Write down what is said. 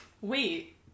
wait